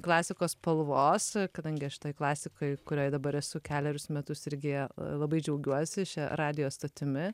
klasikos spalvos kadangi aš šitoj klasikoj kurioj dabar esu kelerius metus irgi labai džiaugiuosi šia radijo stotimi